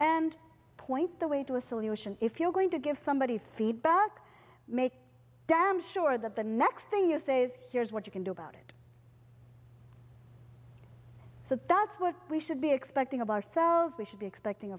point the way to a solution if you're going to give somebody feedback make damn sure that the next thing you say is here's what you can do about it so that's what we should be expecting about or cells we should be expecting